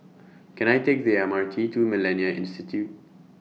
Can I Take The M R T to Millennia Institute